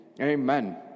amen